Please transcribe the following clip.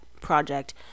project